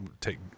take